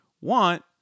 want